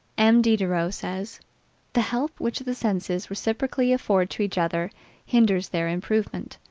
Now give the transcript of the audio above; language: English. m. diderot says the help which the senses reciprocally afford to each other hinders their improvement,